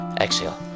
exhale